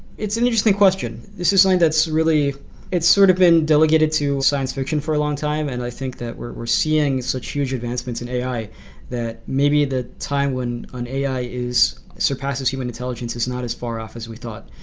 it's an interesting question. this is something that's really it's sort of been delegated to science fiction for a long time and i think that we're we're seeing such huge advancements in ai that maybe the time when ai surpasses human intelligence is not as far off as we thought.